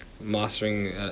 mastering